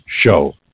Show